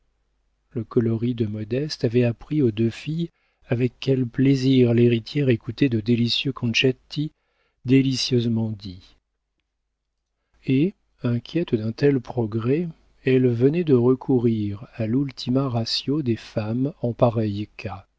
le coloris de modeste avait appris aux deux filles avec quel plaisir l'héritière écoutait de délicieux concetti délicieusement dits et inquiètes d'un tel progrès elles venaient de recourir à l'ultima ratio des femmes en pareil cas